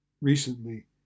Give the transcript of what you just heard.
recently